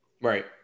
Right